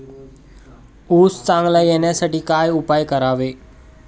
ऊस चांगला येण्यासाठी काय उपाय करावे?